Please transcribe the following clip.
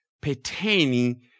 pertaining